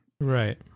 Right